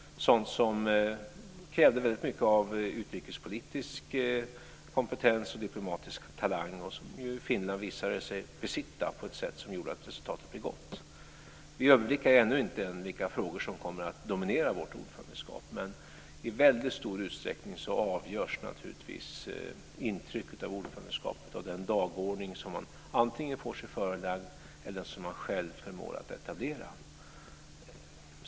Detta krävde väldigt mycket av utrikespolitisk kompetens och diplomatisk talang, som ju Finland visade sig besitta på ett sätt som gjorde att resultatet blev gott. Vi överblickar ännu inte vilka frågor som kommer att dominera vårt ordförandeskap, men i väldigt stor utsträckning avgörs naturligtvis intrycket av ordförandeskapet av den dagordning som man antingen får sig förelagd eller som man själv förmår att etablera.